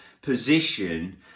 position